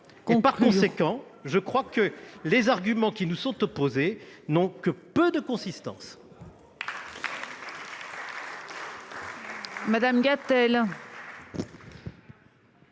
Par conséquent, je crois que les arguments qui nous sont opposés n'ont que peu de consistance